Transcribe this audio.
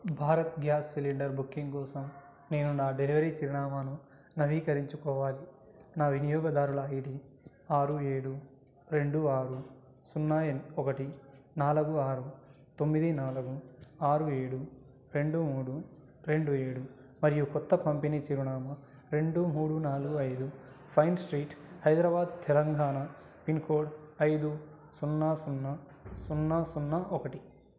Bharat gas cylinder booking కోసం నేను నా డెలివరీ చిరునామాను నవీకరించుకోవాలి నా వినియోగదారుల ఐడి ఆరు ఏడు రెండు ఆరు సున్నా ఒకటి నాలుగు ఆరు తొమ్మిది నాలుగు ఆరు ఏడు రెండు మూడు రెండు ఏడు మరియు కొత్త పంపిణీ చిరునామా రెండు మూడు నాలుగు ఐదు pine street Hyderabad Telangana pin code ఐదు సున్నా సున్నా సున్నా సున్నా ఒకటి